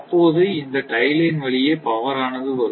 அப்போது இந்த tie line வழியே பவர் ஆனது வரும்